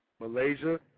Malaysia